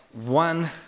one